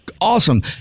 Awesome